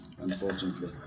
Unfortunately